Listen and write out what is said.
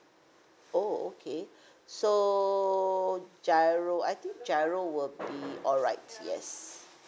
oh okay so G_I_R_O I think G_I_R_O will be alright yes